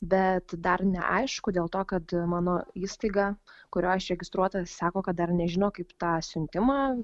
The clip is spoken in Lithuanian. bet dar neaišku dėl to kad mano įstaiga kurioj aš registruota sako kad dar nežino kaip tą siuntimą